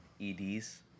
EDs